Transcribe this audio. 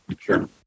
Sure